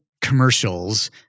commercials